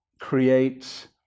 creates